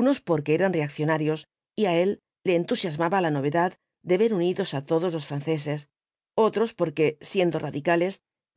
unos porque eran reaccionarios y á él le entusiasmaba la novedad de ver unidos á todos los franceses otros porque siendo radicales